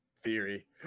theory